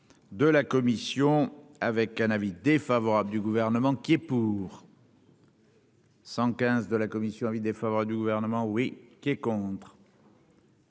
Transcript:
de la commission avec un avis défavorable du gouvernement qui est pour. 100 15 de la Commission avis défavorable du gouvernement oui qui est contre.